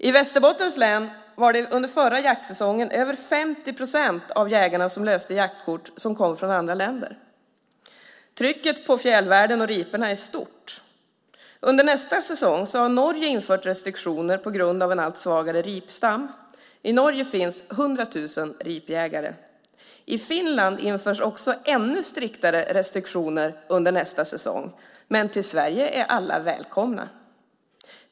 I Västerbottens län var det under förra jaktsäsongen över 50 procent av de jägare som löste jaktkort som kom från andra länder. Trycket på fjällvärlden och riporna är stort. Under nästa säsong har Norge infört restriktioner på grund av en allt svagare ripstam. I Norge finns 100 000 ripjägare. I Finland införs ännu striktare restriktioner under nästa säsong. Men till Sverige är alla välkomna.